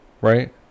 Right